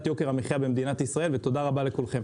יוקר המחייה במדינת ישראל ותודה רבה לכולכם.